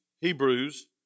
Hebrews